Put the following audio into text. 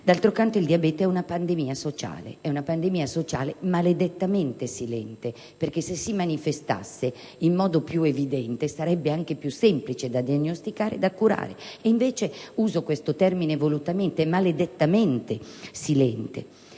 D'altro canto, il diabete è una pandemia sociale maledettamente silente; se si manifestasse in modo più evidente, sarebbe più semplice da diagnosticare e da curare. Invece - uso questo termine volutamente - è maledettamente silente.